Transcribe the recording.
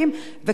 וכמובן,